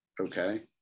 Okay